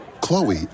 Chloe